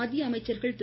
மத்திய அமைச்சர்கள் திரு